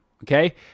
okay